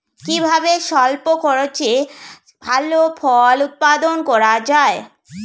কিভাবে স্বল্প খরচে ভালো ফল উৎপাদন করা যায়?